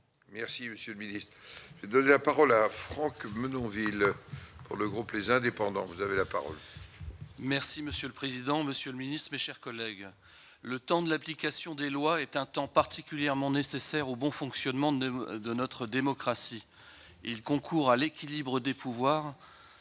Merci, Monsieur le Ministre, donner la parole à Franck Menonville le groupe, les indépendants, vous avez la parole. Merci monsieur le président, Monsieur le Ministre, mes chers collègues, le temps de l'application des lois est un temps particulièrement nécessaire au bon fonctionnement de de notre démocratie, il concourt à l'équilibre des pouvoirs,